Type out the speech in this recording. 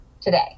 today